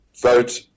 vote